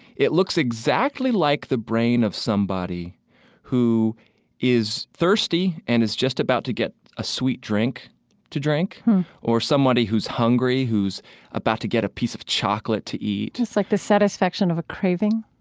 it looks exactly like the brain of somebody who is thirsty and is just about to get a sweet drink to drink or somebody who's hungry who's about to get a piece of chocolate to eat it's like the satisfaction of a craving?